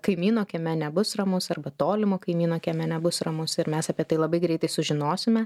kaimyno kieme nebus ramus arba tolimo kaimyno kieme nebus ramus ir mes apie tai labai greitai sužinosime